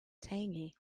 tangy